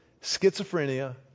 schizophrenia